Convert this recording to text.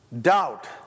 doubt